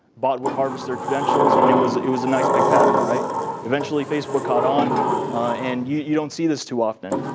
bot would harvest their credentials, and it was it was a nice big pattern. eventually, facebook caught on and you you don't see this too often.